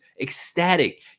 ecstatic